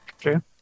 True